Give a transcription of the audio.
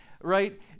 right